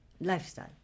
Lifestyle